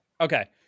Okay